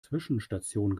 zwischenstation